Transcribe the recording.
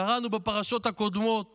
קראנו בפרשות הקודמות